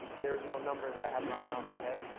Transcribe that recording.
there is no number that i have right now in my head.